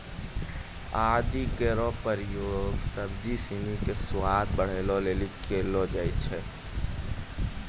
आदि केरो प्रयोग सब्जी सिनी क स्वाद बढ़ावै लेलि कयलो जाय छै